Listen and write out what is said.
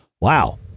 wow